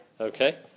Okay